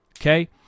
okay